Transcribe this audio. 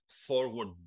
forward